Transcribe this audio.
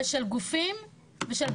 שאלתי ארבע פעמים ותודה שענית לי,